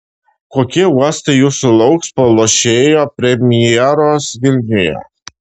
kokie uostai jūsų lauks po lošėjo premjeros vilniuje